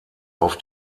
auf